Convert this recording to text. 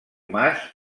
mas